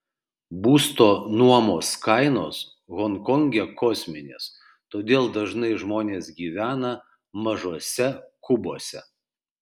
būsto nuomos kainos honkonge kosminės todėl dažnai žmonės gyvena mažuose kubuose